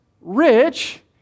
rich